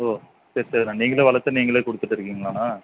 ஓ சரி சரிண்ணா நீங்களே வளர்த்து நீங்களே கொடுத்துட்டுருக்கீங்களாண்ணா